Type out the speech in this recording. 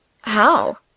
How